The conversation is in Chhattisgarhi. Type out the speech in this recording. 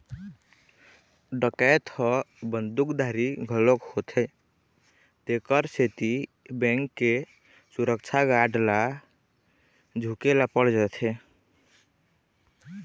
डकैत ह बंदूकधारी घलोक होथे तेखर सेती बेंक के सुरक्छा गार्ड ल झूके ल पर जाथे